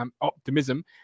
optimism